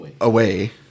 away